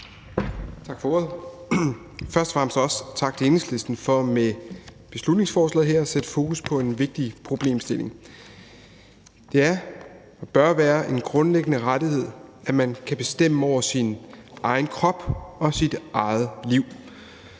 Tak for ordet. Først og fremmest vil jeg også sige tak til Enhedslisten for med beslutningsforslaget her at sætte fokus på en vigtig problemstilling. Det er og bør være en grundlæggende rettighed, at man kan bestemme over sin egen krop og sit eget liv.